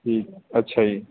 ਠੀਕ ਅੱਛਾ ਜੀ